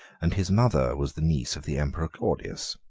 and his mother was the niece of the emperor claudius.